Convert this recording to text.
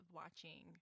watching